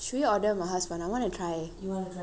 should we order maha's [one] I want to try